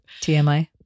TMI